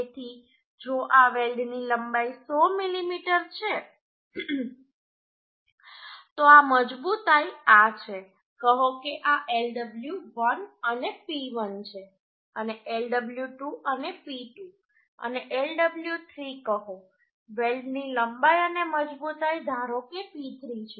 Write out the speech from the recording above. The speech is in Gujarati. તેથી જો આ વેલ્ડની લંબાઈ 100 મીમી છે તો આ મજબૂતાઈ આ છે કહો કે આ Lw1 અને P1 છે અને Lw2 અને P2 અને Lw3 કહો વેલ્ડની લંબાઈ અને મજબૂતાઈ ધારો કે P3 છે